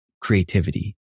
creativity